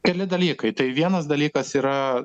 keli dalykai tai vienas dalykas yra